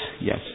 yes